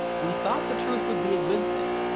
we thought the truth would be a good thing,